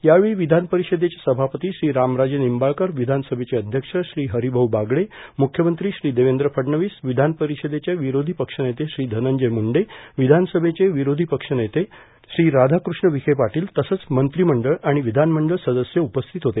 यावेळी विधान परिषदेचे सभापती श्री रामराजे निंबाळकर विषानसमेचे अध्यब श्री हरिभाऊ बागडे मुख्यमंत्री श्री देवेंद्र फडणवीस विषान परिषदेचे विरोधी पक्षनेते श्री धनंजय मुंडे वियानसमेचे विरोधी पक्षनेते श्री रायाकृष्ण विखे पाटील तसंच मंत्रिमंडळ आणि वियानमंडळ सदस्य उपस्थित होते